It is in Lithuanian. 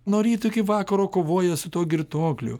nuo ryto iki vakaro kovoja su tuo girtuokliu